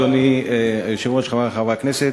אדוני היושב-ראש, תודה רבה, חברי חברי הכנסת,